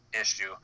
issue